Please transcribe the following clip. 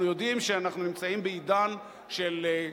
אנחנו יודעים שאנחנו נמצאים בעידן של,